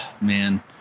Man